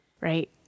right